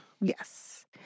Yes